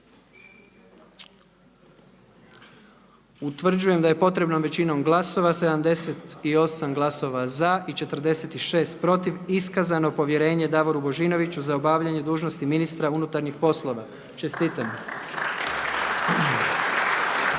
Utvrđujem da je sa 78 glasova za i 46 protiv iskazano povjerenje Lovri Kuščeviću za obavljanje dužnosti ministra uprave. Čestitam.